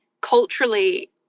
culturally